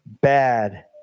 Bad